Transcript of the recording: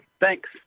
Thanks